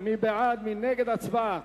אם כן, ההסתייגות לא נתקבלה.